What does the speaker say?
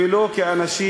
ולא כאנשים